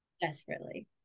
Desperately